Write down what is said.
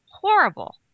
horrible